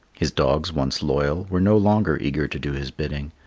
his dogs, once loyal, were no longer eager to do his bidding,